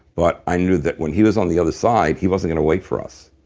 but i knew that when he was on the other side, he wasn't going to wait for us.